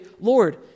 Lord